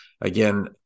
again